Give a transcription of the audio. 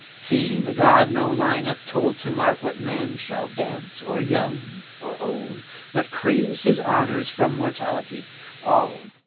seeing the god no line hath told to mark what man shall dance, or young or old but craves his honours from mortality all,